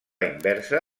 inversa